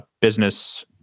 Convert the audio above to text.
business